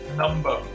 number